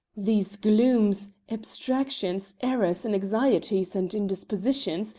these glooms, abstractions, errors, and anxieties and indispositions,